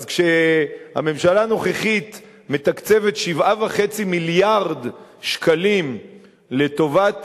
אז כשהממשלה הנוכחית מתקצבת 7.5 מיליארד שקלים לטובת